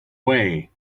way